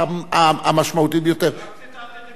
רק ציטטתי את התקשורת, הרי אין לי נתונים.